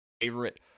favorite